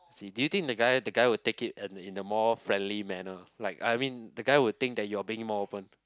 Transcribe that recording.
do you think the guy the guy will take it in in a more friendly manner like I mean the guy will think that you're being more open